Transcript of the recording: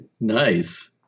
Nice